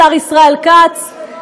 השר ישראל כץ,